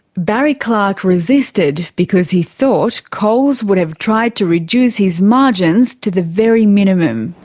barry clarke resisted because he thought coles would have tried to reduce his margins to the very minimum.